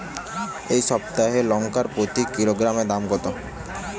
এই সপ্তাহের লঙ্কার প্রতি কিলোগ্রামে দাম কত?